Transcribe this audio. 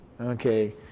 Okay